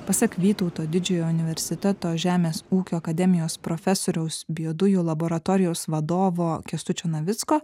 pasak vytauto didžiojo universiteto žemės ūkio akademijos profesoriaus biodujų laboratorijos vadovo kęstučio navicko